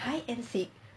hide and seek